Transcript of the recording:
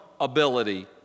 ability